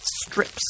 strips